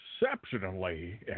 exceptionally